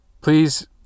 Please